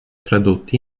tradotti